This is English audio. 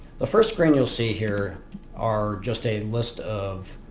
the first screen you'll see here are just a list of